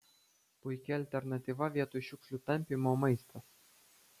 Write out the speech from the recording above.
puiki alternatyva vietoj šiukšlių tampymo maistas